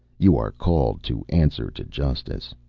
you are called to answer to justice.